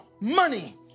money